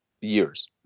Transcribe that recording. years